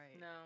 No